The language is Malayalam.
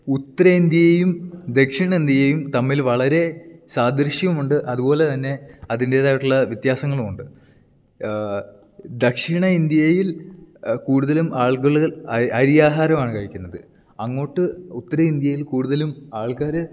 ഉത്തരേന്ത്യയും ദക്ഷിണേന്ത്യയും തമ്മിൽ വളരെ സാദൃശ്യമുണ്ട് അതു പോലെ തന്നെ അതിന്റേതായിട്ടുള്ള വ്യത്യാസങ്ങളുമുണ്ട് ദക്ഷിണ ഇന്ത്യയിൽ കൂടുതലും ആളുകൾ അരി അരിയാഹാരമാണ് കഴിക്കുന്നത് അങ്ങോട്ട് ഉത്തരേന്ത്യയിൽ കൂടുതലും ആൾക്കാർ